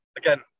again